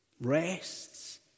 rests